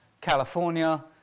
California